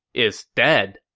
is dead.